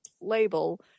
label